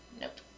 Nope